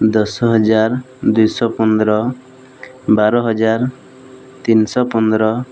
ଦଶହଜାର ଦୁଇଶହ ପନ୍ଦର ବାରହଜାର ତିନିଶହ ପନ୍ଦର